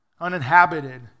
uninhabited